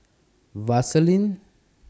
Vaselin